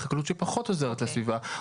וחקלאות שפחות עוזרת הסביבה,